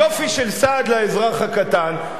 יופי של סעד לאזרח הקטן.